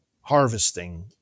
harvesting